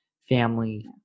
family